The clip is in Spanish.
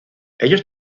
ellos